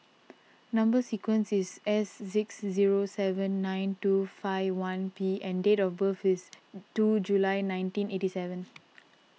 Number Sequence is S six zero seven nine two five one P and date of birth is two July nineteen eighty seven